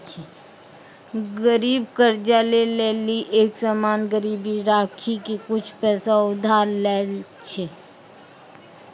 गरीब कर्जा ले लेली एक सामान गिरबी राखी के कुछु पैसा उधार लै छै